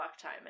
time